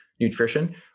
nutrition